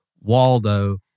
Waldo